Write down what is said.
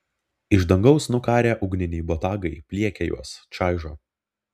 iš dangaus nukarę ugniniai botagai pliekia juos čaižo